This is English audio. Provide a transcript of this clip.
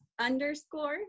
underscore